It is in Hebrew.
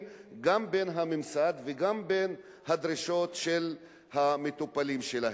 בין הממסד ובין דרישות המטופלים שלהם.